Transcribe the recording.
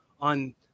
on